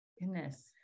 Goodness